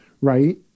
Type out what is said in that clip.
Right